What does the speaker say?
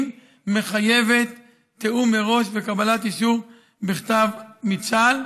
מחייבת תיאום מראש וקבלת אישור בכתב מצה"ל.